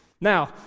Now